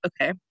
okay